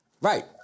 Right